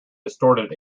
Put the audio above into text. distorted